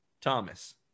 Thomas